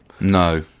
No